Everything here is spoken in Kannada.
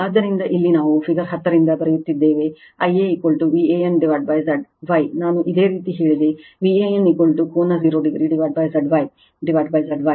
ಆದ್ದರಿಂದ ಇಲ್ಲಿ ನಾವು ಫಿಗರ್ 10 ರಿಂದ ಬರೆಯುತ್ತಿದ್ದೇವೆ Ia Van Z Y ನಾನು ಇದೇ ರೀತಿ ಹೇಳಿದೆ Van ಕೋನ 0 o Z Y z y